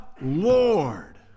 Lord